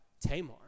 Tamar